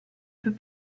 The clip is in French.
peut